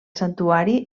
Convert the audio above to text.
santuari